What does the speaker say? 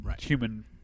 human